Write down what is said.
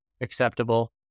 acceptable